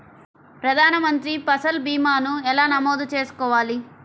ప్రధాన మంత్రి పసల్ భీమాను ఎలా నమోదు చేసుకోవాలి?